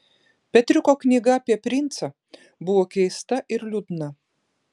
petriuko knyga apie princą buvo keista ir liūdna